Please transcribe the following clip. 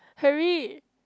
hurry